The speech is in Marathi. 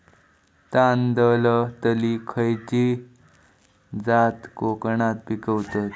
तांदलतली खयची जात कोकणात पिकवतत?